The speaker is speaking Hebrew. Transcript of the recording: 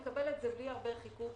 יקבל את זה בלי הרבה חיכוך